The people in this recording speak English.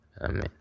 Amen